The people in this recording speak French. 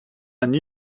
new